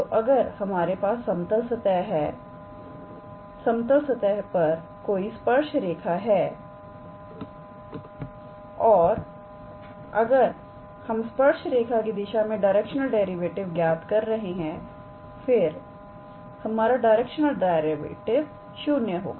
तो अगर हमारे पास समतल सतह पर कोई स्पर्श रेखा है और अगर हम स्पर्श रेखा की दिशा में डायरेक्शनल डेरिवेटिव ज्ञात कर रहे हैं फिरहमारा डायरेक्शनल डेरिवेटिव 0 होगा